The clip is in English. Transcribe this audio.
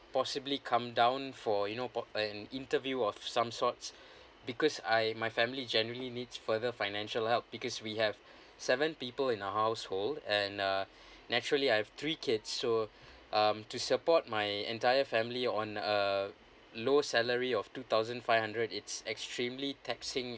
possibly come down for you know po~ an interview or some sorts because I my family generally needs further financial help because we have seven people in the household and uh naturally I have three kids so um to support my entire family on a low salary of two thousand five hundred it's extremely taxing